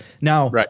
Now